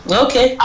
okay